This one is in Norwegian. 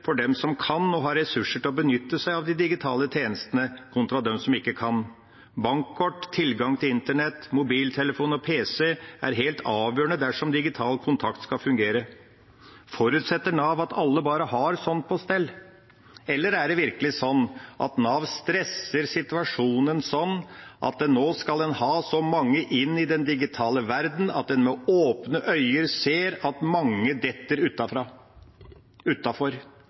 som kan og har ressurser til å benytte seg av de digitale tjenestene, og de som ikke kan. Bankkort, tilgang til internett, mobiltelefon og pc er helt avgjørende dersom digital kontakt skal fungere. Forutsetter Nav at alle bare har sånt på stell? Eller er det virkelig sånn at Nav stresser situasjonen, sånn at nå skal en ha så mange inn i den digitale verdenen at en med åpne øyne ser at mange detter